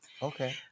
Okay